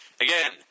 Again